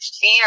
fear